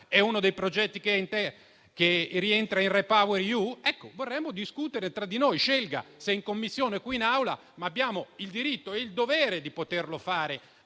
È uno dei progetti che rientra nel REPower EU? Vorremmo discutere tra di noi, scelga se in Commissione o qui in Aula, ma abbiamo il diritto e il dovere di poterlo fare